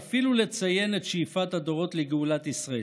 ואפילו לציין את שאיפת הדורות לגאולת ישראל.